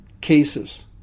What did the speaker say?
cases